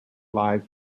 lies